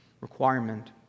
requirement